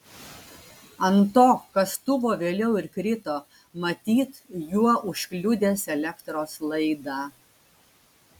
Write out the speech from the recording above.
ant to kastuvo vėliau ir krito matyt juo užkliudęs elektros laidą